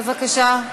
בבקשה.